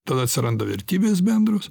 tada atsiranda vertybės bendros